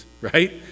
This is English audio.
right